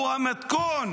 הוא המתכון